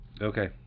Okay